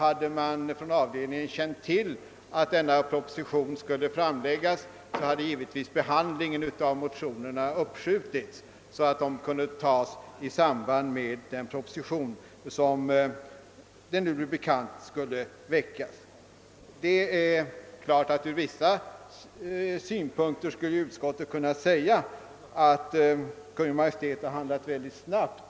Om man i avdelningen hade känt till att en proposition kunde förväntas, hade behandlingen av motionerna givetvis uppskjutits så att den kunde ske i samband med propositionen. Ur vissa synpunkter kan utskottet givetvis säga att Kungl. Maj:t denna gång har handlat mycket snabbt.